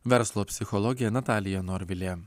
verslo psichologė natalija norvilė